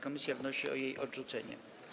Komisja wnosi o jej odrzucenie.